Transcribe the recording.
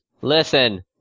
listen